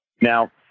Now